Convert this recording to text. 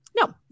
No